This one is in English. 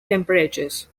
temperatures